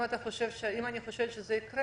אם אני חושבת שזה יקרה?